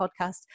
podcast